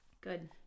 Good